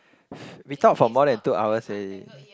we talk for more than two hours already